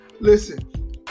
Listen